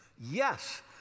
Yes